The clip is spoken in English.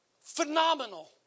Phenomenal